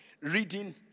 reading